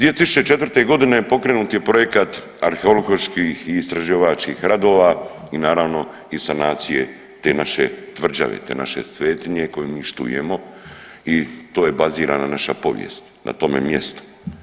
2004. godine pokrenut je projekat arheoloških i istraživačkih radova i naravno i sanacije te naše tvrđave, te naše svetinje koju mi štujemo i to je bazirano naša povijest na tome mjestu.